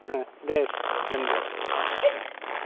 ओं दे दोनदो दे